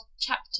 chapter